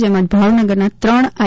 જેમાં ભાવનગરના ત્રણ આઈ